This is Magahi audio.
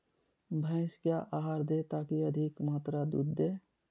भैंस क्या आहार दे ताकि अधिक मात्रा दूध दे?